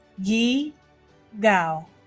yi gao